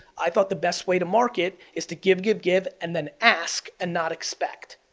i thought the best way to market is to give, give, give, and then ask and not expect.